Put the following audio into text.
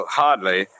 hardly